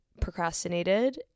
procrastinated